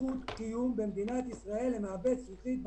זכות קיום במדינת ישראל למעבד זכוכית בתעשייה.